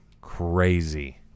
crazy